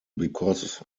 because